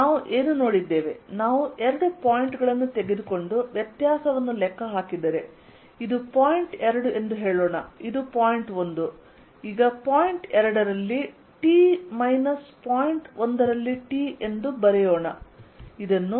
ನಾವು ಏನು ನೋಡಿದ್ದೇವೆ ನಾನು ಎರಡು ಪಾಯಿಂಟ್ ಗಳನ್ನು ತೆಗೆದುಕೊಂಡು ವ್ಯತ್ಯಾಸವನ್ನು ಲೆಕ್ಕ ಹಾಕಿದರೆ ಇದು ಪಾಯಿಂಟ್ 2 ಎಂದು ಹೇಳೋಣ ಇದು ಪಾಯಿಂಟ್ 1 ಈಗ ಪಾಯಿಂಟ್ 2 ರಲ್ಲಿ T ಮೈನಸ್ ಪಾಯಿಂಟ್ 1 ರಲ್ಲಿ T ಎಂದು ಬರೆಯೋಣ